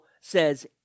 says